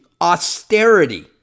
austerity